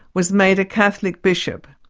was made a catholic bishop.